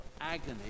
agony